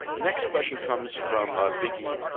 the next question comes from ah biggie